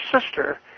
sister